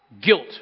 guilt